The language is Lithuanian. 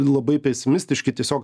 labai pesimistiški tiesiog